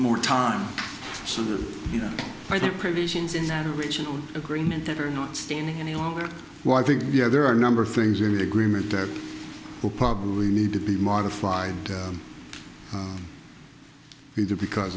more time so that you know by the provisions in that original agreement that are not standing any longer well i think yeah there are a number of things really agreement that will probably need to be modified either because